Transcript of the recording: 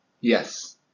Yes